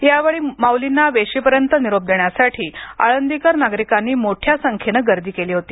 यावेळी माउलींना वेशीपर्यंत निरोप देण्यासाठी आळंदीकर नागरिकांनी मोठ्या संख्येनं गर्दी केली होती